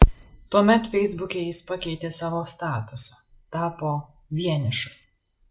tuomet feisbuke jis pakeitė savo statusą tapo vienišas